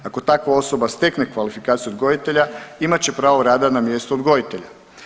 Ako takva osoba stekne kvalifikaciju odgojitelja imat će pravo rada na mjestu odgojitelja.